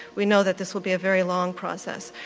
we know that this will be a very long process.